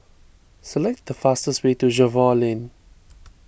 select the fastest way to Jervois Lane